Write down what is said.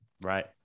Right